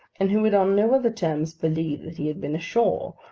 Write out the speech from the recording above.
and who would on no other terms believe that he had been ashore,